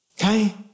Okay